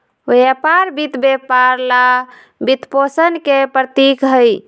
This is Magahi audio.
व्यापार वित्त व्यापार ला वित्तपोषण के प्रतीक हई,